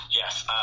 Yes